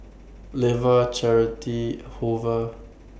Levar Charity Hoover